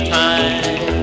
time